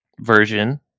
version